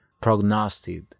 prognostic